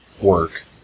work